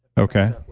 okay.